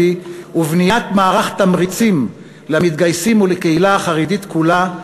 ובניית מערך תמריצים למתגייסים ולקהילה החרדית כולה.